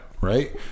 Right